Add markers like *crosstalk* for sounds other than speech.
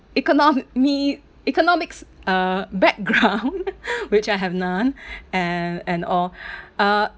economi~ economics uh background *laughs* which I have none and and all uh *breath*